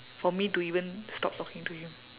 for me to even stop talking to him